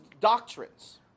doctrines